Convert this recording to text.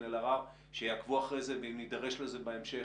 אלהרר יעקבו אחר זה ואם נידרש לזה בהמשך,